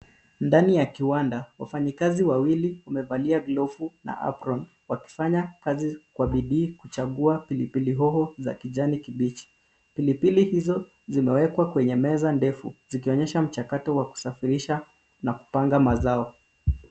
Ndani ya kiwanda, wafanyikazi wawili wamevalia glovu na apron wakifanya kazi kwa bidii kuchagua pilipili hoho za kijani kibichi. Pilipili hizo zimewekwa kwenye meza ndefu zikionyesha mchakato wa kusafirisha na kupanga mazao.